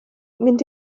mynd